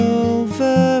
over